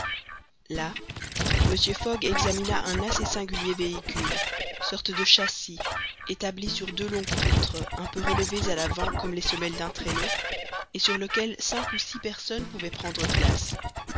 là mr fogg examina un assez singulier véhicule sorte de châssis établi sur deux longues poutres un peu relevées à l'avant comme les semelles d'un traîneau et sur lequel cinq ou six personnes pouvaient prendre place